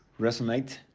resonate